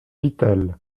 vitel